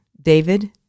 David